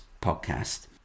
podcast